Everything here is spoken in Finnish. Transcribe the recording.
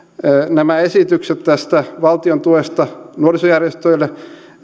nämä esitykset tästä valtiontuesta nuorisojärjestöille